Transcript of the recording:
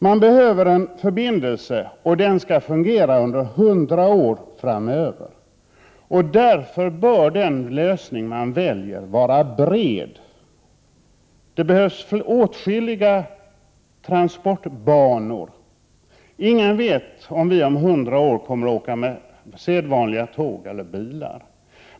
Det behövs en förbindelse, och den skall fungera under 100 år framöver. Därför bör den lösning man väljer vara bred. Det behövs åtskilliga transportbanor. Ingen vet om vi om 100 år kommer att åka med sedvanliga tåg eller bilar.